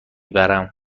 برم